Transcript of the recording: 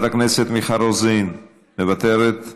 מוותרת,